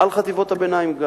גם על חטיבות הביניים,